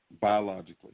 biologically